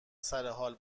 سرحال